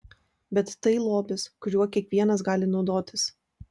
bet tai lobis kuriuo kiekvienas gali naudotis